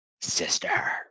sister